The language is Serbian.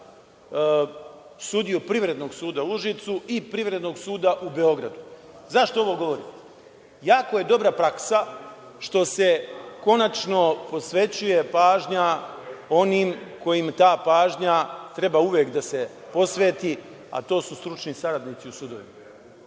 sudije Privrednog suda u Užicu i Privrednog suda u Beogradu. Zašto ovo govorim? Jako je dobra praksa, što se konačno posvećuje pažnja onim kojima ta pažnja treba uvek da se posveti, a to su stručni saradnici u sudovima.